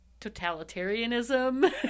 totalitarianism